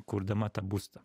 kurdama tą būstą